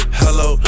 hello